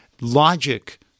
logic